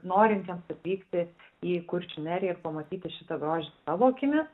norintiems atvykti į kuršių neriją ir pamatyti šitą grožį savo akimis